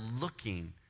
looking